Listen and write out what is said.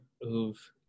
who've